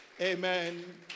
Amen